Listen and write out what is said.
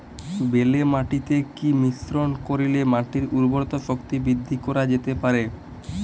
বেলে মাটিতে কি মিশ্রণ করিলে মাটির উর্বরতা শক্তি বৃদ্ধি করা যেতে পারে?